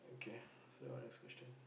K so your next question